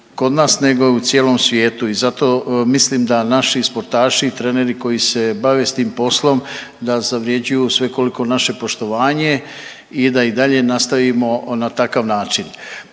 kod nas nego u cijelom svijetu i zato mislim da naši sportaši i treneri koji se bave s tim poslom, da zavrjeđuju svekoliko naše poštovanje i da i dalje nastavimo na takav način.